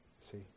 See